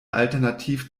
alternativ